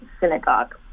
Synagogue